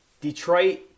Detroit